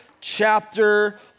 chapter